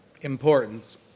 importance